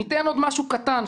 ניתן עוד משהו קטן,